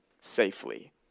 safely